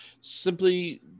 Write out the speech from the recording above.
simply